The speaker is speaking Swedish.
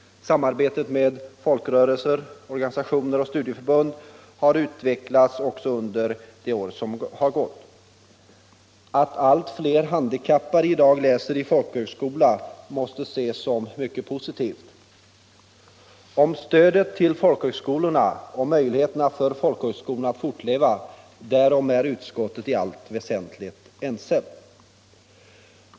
Samarbetet med folkrörelser, organisationer och studieförbund har utvecklats också under de år som har gått. Att allt fler handikappade elever i dag läser i folkhögskola måste ses som mycket positivt. Om stödet till folkhögskolorna och möjligheterna för dem att fortleva är utskottet i allt väsentligt ense.